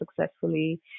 successfully